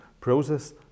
Process